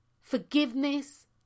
Forgiveness